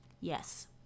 Yes